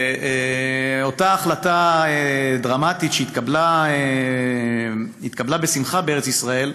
ואותה החלטה דרמטית, שהתקבלה בשמחה בארץ ישראל,